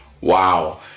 Wow